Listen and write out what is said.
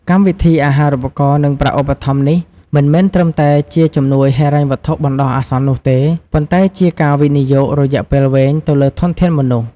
កម្មវិធីអាហារូបករណ៍ និងប្រាក់ឧបត្ថម្ភនេះមិនមែនត្រឹមតែជាជំនួយហិរញ្ញវត្ថុបណ្ដោះអាសន្ននោះទេ ប៉ុន្តែជាការវិនិយោគរយៈពេលវែងទៅលើធនធានមនុស្ស។